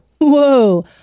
whoa